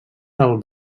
del